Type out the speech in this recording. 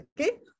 Okay